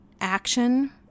action